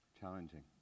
Challenging